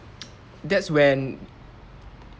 that's when